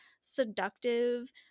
seductive